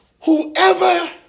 Whoever